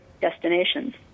destinations